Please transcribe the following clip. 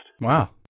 Wow